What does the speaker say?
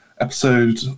episode